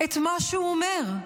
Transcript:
את מה שהוא אומר?